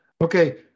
okay